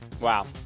Wow